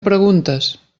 preguntes